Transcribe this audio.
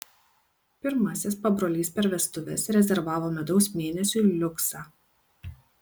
pirmasis pabrolys per vestuves rezervavo medaus mėnesiui liuksą